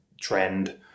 trend